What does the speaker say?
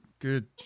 Good